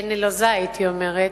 נלוזה הייתי אומרת,